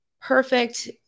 perfect